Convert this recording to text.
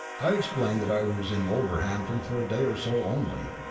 i explained that i was in wolverhampton for a day or so only,